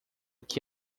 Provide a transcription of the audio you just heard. que